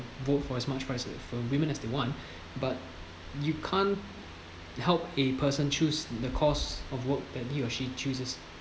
vote for as much choice for women as the one but you can't help a person choose the course of work that he or she chooses